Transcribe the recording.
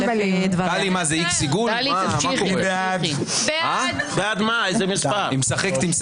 ולכן ביקשתי להתחלף איתו כדי לא להעמיד אותו,